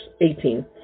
eighteen